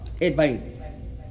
Advice